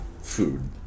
food